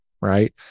Right